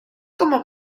como